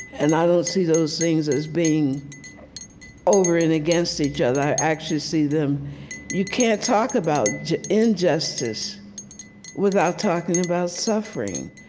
and i don't see those things as being over and against each other. i actually see them you can't talk about injustice without talking about suffering.